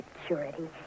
security